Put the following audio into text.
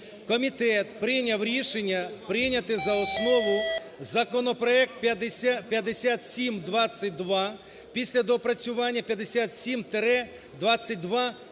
Комітет прийняв рішення прийняти за основу законопроект 5722 після доопрацювання 5722-д,